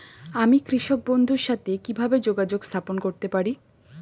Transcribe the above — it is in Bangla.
আমি কৃষক বন্ধুর সাথে কিভাবে যোগাযোগ স্থাপন করতে পারি?